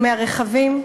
מהרכבים.